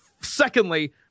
Secondly